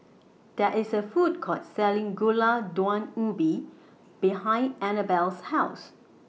There IS A Food Court Selling Gulai Daun Ubi behind Annabell's House